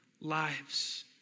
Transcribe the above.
lives